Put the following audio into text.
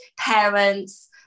parents